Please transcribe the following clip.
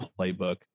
playbook